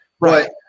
Right